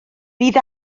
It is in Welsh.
bydd